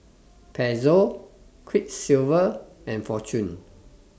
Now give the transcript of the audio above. Pezzo Quiksilver and Fortune